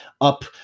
up